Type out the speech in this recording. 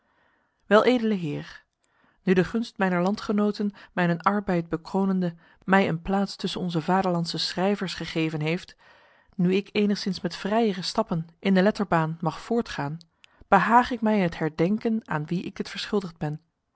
weledele heer nu de gunst mijner landgenoten mijnen arbeid bekronende mij een plaats tussen onze vaderlandse schrijvers gegeven heeft nu ik enigszins met vrijere stappen in de letterbaan mag voortgaan behaag ik mij in het herdenken aan wie ik dit verschuldigd ben